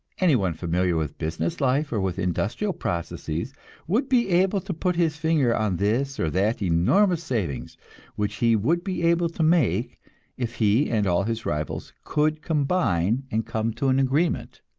anyone familiar with business life or with industrial processes would be able to put his finger on this or that enormous saving which he would be able to make if he and all his rivals could combine and come to an agreement.